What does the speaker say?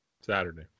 Saturday